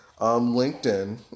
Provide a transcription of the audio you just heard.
LinkedIn